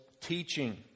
Teaching